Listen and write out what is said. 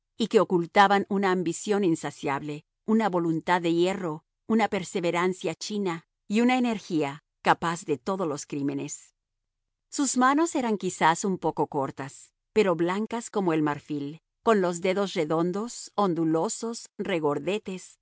y que ocultaban una ambición insaciable una voluntad de hierro una perseverancia china y una energía capaz de todos los crímenes sus manos eran quizás un poco cortas pero blancas como el marfil con los dedos redondos ondulosos regordetes